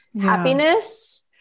happiness